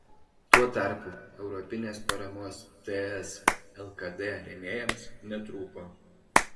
tuo tarpu europinės paramos ts lkd rėmėjams netrūko